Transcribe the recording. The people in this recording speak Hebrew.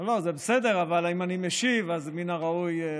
זה בסדר, אבל אם אני משיב, מן הראוי.